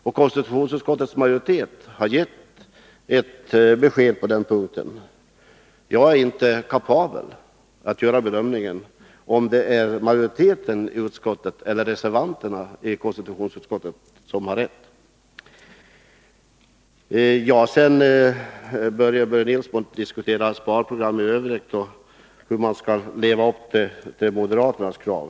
Och konstitutionsutskottets majoritet har gett besked på den här punkten. Men jag är inte kapabel att bedöma om det är majoriteten eller reservanterna i konstitutionsutskottet som har rätt. Sedan börjar Börje Nilsson diskutera sparprogram i övrigt och hur man skall leva upp till moderaternas krav.